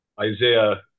Isaiah